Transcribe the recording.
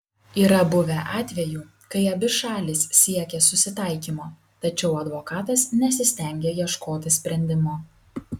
yra buvę atvejų kai abi šalys siekė susitaikymo tačiau advokatas nesistengė ieškoti sprendimo